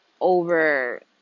over